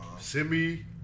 Simi